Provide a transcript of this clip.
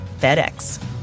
FedEx